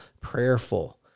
prayerful